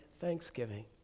thanksgiving